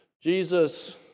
Jesus